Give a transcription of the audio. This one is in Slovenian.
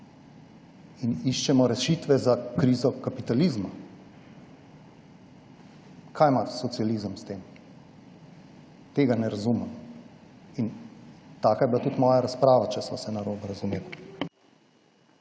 in iščemo rešitve za krizo kapitalizma. Kaj ima socializem s tem? Tega ne razumem in taka je bila tudi moja razprava, če sva se narobe